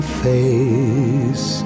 face